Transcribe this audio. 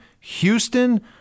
Houston